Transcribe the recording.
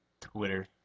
Twitter